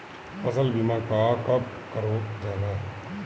फसल बीमा का कब कब करव जाला?